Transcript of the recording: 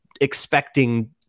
expecting